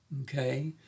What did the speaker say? Okay